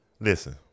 Listen